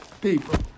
people